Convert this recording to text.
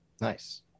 Nice